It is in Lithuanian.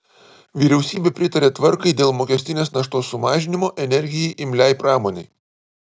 vyriausybė pritarė tvarkai dėl mokestinės naštos sumažinimo energijai imliai pramonei